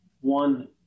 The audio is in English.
one